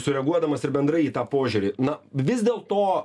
sureaguodamas ir bendrai į tą požiūrį na vis dėlto